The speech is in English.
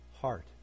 heart